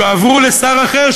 יועברו לשר אחר,